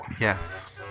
Yes